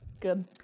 Good